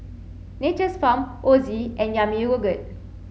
Nature's Farm Ozi and Yami Yogurt